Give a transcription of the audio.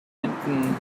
händen